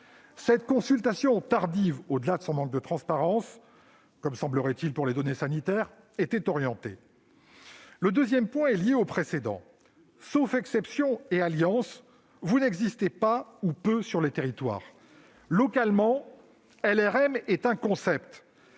Cette consultation tardive, au-delà du manque de transparence, comme, semble-t-il, pour les données sanitaires, était orientée. Le deuxième point est lié au précédent : sauf exception et alliance, vous n'existez pas dans les territoires, ou si peu.